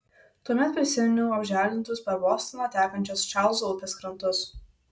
tuomet prisiminiau apželdintus per bostoną tekančios čarlzo upės krantus